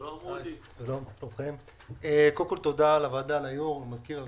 תודה ליושב-ראש הוועדה ולוועדה על קביעת